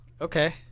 Okay